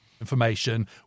information